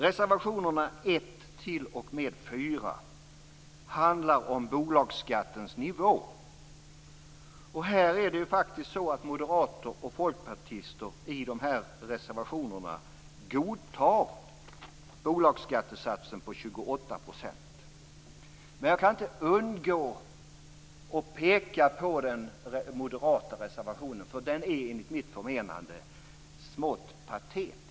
Reservationerna 1-4 handlar om bolagsskattens nivå. Moderater och folkpartister godtar i de här reservationerna bolagsskattesatsen på 28 %. Men jag kan inte undgå att peka på den moderata reservationen. Den är nämligen enligt mitt förmenande smått patetisk.